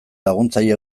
laguntzaile